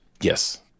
Yes